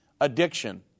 addiction